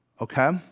Okay